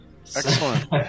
Excellent